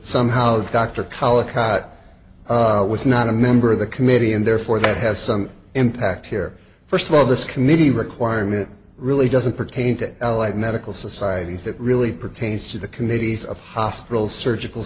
somehow dr choler caught was not a member of the committee and therefore that has some impact here first of all this committee requirement really doesn't pertain to allied medical societies that really pertains to the committees of hospitals surgical